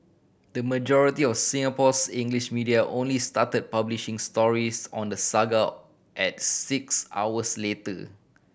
the majority of Singapore's English media only started publishing stories on the saga at six hours later